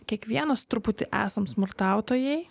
kiekvienas truputį esam smurtautojai